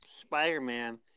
Spider-Man